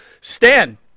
Stan